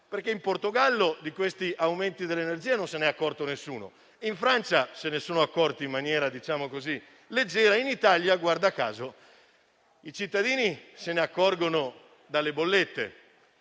altre. In Portogallo infatti di questi aumenti dell'energia non se n'è accorto nessuno; in Francia se ne sono accorti in maniera - diciamo così - leggera; in Italia, guarda caso, i cittadini se ne accorgono dalle bollette.